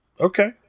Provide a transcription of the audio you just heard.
Okay